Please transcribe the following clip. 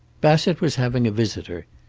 bassett was having a visitor.